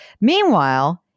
Meanwhile-